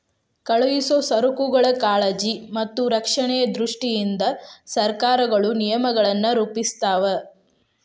ಕಳುಹಿಸೊ ಸರಕುಗಳ ಕಾಳಜಿ ಮತ್ತ ರಕ್ಷಣೆಯ ದೃಷ್ಟಿಯಿಂದ ಸರಕಾರಗಳು ನಿಯಮಗಳನ್ನ ರೂಪಿಸ್ತಾವ